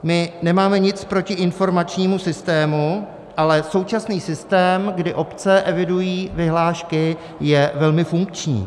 My nemáme nic proti informačnímu systému, ale současný systém, kdy obce evidují vyhlášky, je velmi funkční.